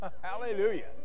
Hallelujah